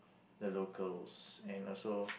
the locals and also